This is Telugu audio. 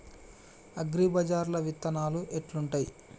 అగ్రిబజార్ల విత్తనాలు ఎట్లుంటయ్?